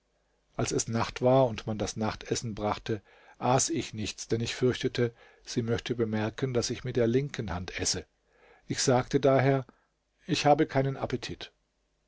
als es nacht war und man das nachtessen brachte aß ich nichts denn ich fürchtete sie möchte bemerken daß ich mit der linken hand esse ich sagte daher ich habe keinen appetit